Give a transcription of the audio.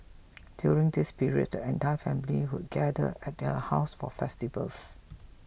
during this period the entire family would gather at her house for festivals